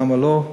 למה לא,